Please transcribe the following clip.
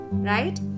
Right